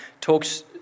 talks